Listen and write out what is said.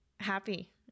happy